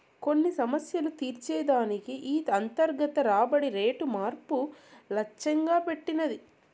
కొన్ని సమస్యలు తీర్చే దానికి ఈ అంతర్గత రాబడి రేటు మార్పు లచ్చెంగా పెట్టినది